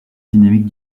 dynamique